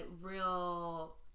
real